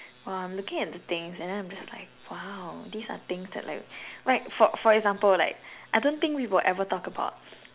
!wah! I'm looking at the things and then I'm just like !wow! these are things that like like for for example like I don't think we will ever talk about